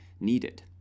needed